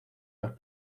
los